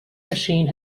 machine